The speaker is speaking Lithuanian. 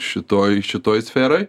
šitoj šitoj sferoj